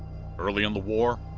early in the war,